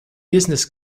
business